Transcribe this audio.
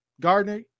Gardner